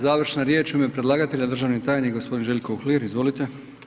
Završna riječ u ime predlagatelja državni tajnik, g. Željko Uhlir, izvolite.